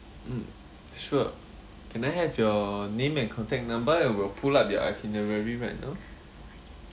mm sure can I have your name and contact number and we'll pull up the itinerary right now